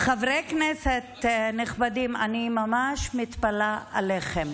חברי כנסת נכבדים, אני ממש מתפלאת עליכם.